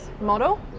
model